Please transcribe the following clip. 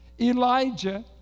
Elijah